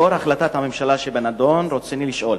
לאור החלטת הממשלה שבנדון, ברצוני לשאול: